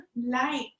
light